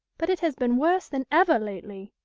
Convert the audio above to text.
but it has been worse than ever lately.